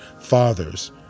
Fathers